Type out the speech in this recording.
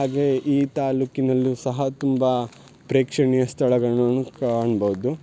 ಹಾಗೇ ಈ ತಾಲೂಕಿನಲ್ಲು ಸಹ ತುಂಬ ಪ್ರೇಕ್ಷಣೀಯ ಸ್ಥಳಗಳನ್ನು ಕಾಣ್ಬೌದು